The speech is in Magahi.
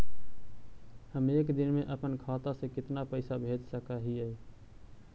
हम एक दिन में अपन खाता से कितना पैसा भेज सक हिय?